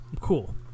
Cool